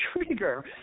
trigger